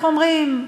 איך אומרים,